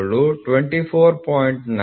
970 plus 0